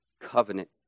covenant